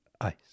ice